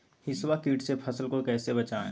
हिसबा किट से फसल को कैसे बचाए?